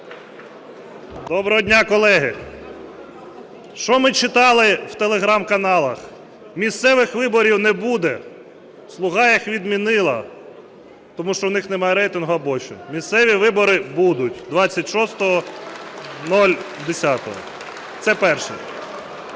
Доброго дня, колеги! Що ми читали в Teleqram-каналах? Місцевих виборів не буде, "Слуга" їх відмінила, тому що у них немає рейтингу абощо. Місцеві вибори будуть 26.10. Це перше.